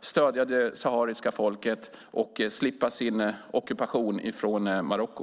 stöd för det sahariska folket att slippa ockupation från Marocko.